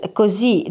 così